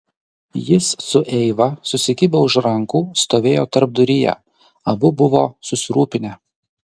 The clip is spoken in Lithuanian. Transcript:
jis su eiva susikibę už rankų stovėjo tarpduryje abu buvo susirūpinę